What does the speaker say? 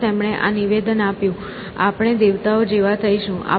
અને તેમણે આ નિવેદન આપ્યું આપણે દેવતાઓ જેવા થઈશું